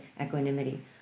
equanimity